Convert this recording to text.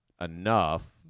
enough